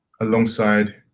alongside